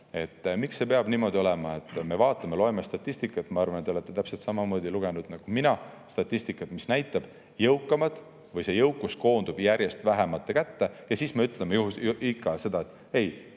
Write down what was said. Miks see peab niimoodi olema? Me vaatame, loeme statistikat, ma arvan, et te olete täpselt samamoodi nagu mina lugenud statistikat, mis näitab, et jõukus koondub järjest vähemate kätte. Ja siis me ütleme ikka, et ei